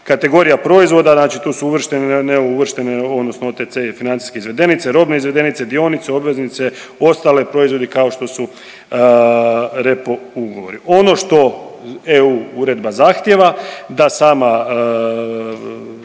kategorija proizvoda znači tu su uvrštene, ne uvrštene odnosno OTC je financijske izvedenice, robne izvedenice, dionice, obveznice, ostale proizvodi kao što su repo ugovori. Ono što EU uredba zahtjeva da sama